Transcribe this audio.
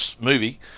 movie